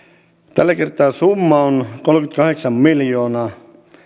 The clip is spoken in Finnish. tällä kertaa summa on kolmekymmentäkahdeksan miljoonaa